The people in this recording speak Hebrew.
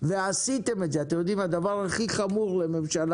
כי אנחנו יודעים שהם סובלים יותר מכולם.